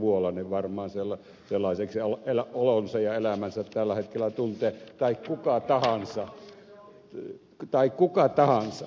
vuolanne varmaan siellä sellaiseksi olonsa ja elämänsä tällä hetkellä tuntee tai kuka tahansa